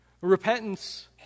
Repentance